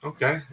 Okay